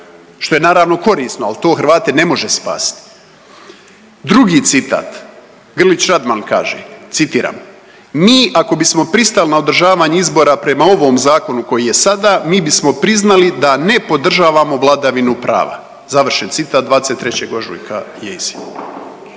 što je naravno korisno, al to Hrvate ne može spasit. Drugi citat, Grlić Radman kaže, citiram, mi ako bismo pristali na održavanje izbora prema ovom zakonu koji je sada mi bismo priznali da ne podržavamo vladavinu prava, završen citat, 23. ožujka je